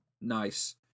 Nice